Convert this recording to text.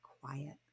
quiet